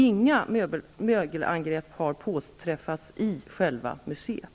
Inga mögelangrepp har påträffats i själva museet.